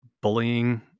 bullying